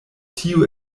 tio